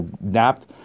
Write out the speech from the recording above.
napped